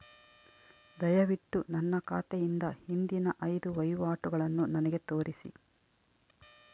ದಯವಿಟ್ಟು ನನ್ನ ಖಾತೆಯಿಂದ ಹಿಂದಿನ ಐದು ವಹಿವಾಟುಗಳನ್ನು ನನಗೆ ತೋರಿಸಿ